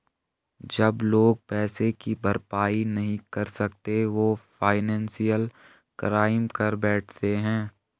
जब लोग पैसे की भरपाई नहीं कर सकते वो फाइनेंशियल क्राइम कर बैठते है